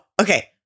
okay